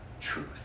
truth